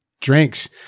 drinks